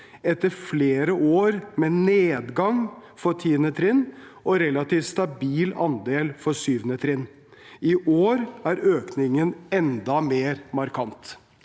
etter flere år med nedgang for 10. trinn og relativ stabil andel for 7. trinn. I år er økningen enda mer markant.»